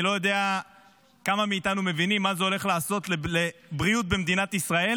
אני לא יודע כמה מאיתנו מבינים מה זה הולך לעשות לבריאות במדינת ישראל,